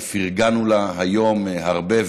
שפרגנו לה היום הרבה,